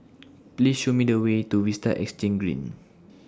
Please Show Me The Way to Vista Exhange Green